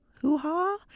Hoo-ha